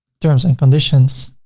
terms and conditions,